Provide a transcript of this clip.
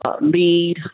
lead